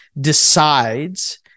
decides